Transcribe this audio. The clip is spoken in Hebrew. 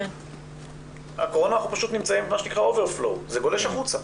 בקורונה זה גולש החוצה.